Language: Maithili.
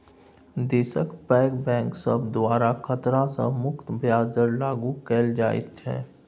देशक पैघ बैंक सब द्वारा खतरा सँ मुक्त ब्याज दर लागु कएल जाइत छै